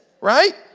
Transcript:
Right